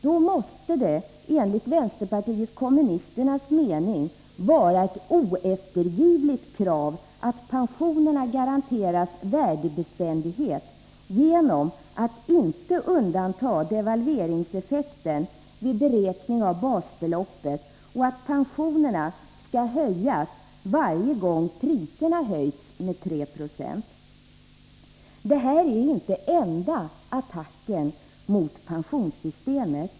Då måste det enligt vänsterpartiet kommunisternas mening vara ett oeftergivligt krav att pensionerna garanteras värdebeständighet genom att man inte undantar devalveringseffekten vid beräkning av basbeloppet och genom att man höjer pensionerna varje gång priserna höjts med 3 90. Det här är inte den enda attacken mot pensionssystemet.